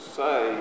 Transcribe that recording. say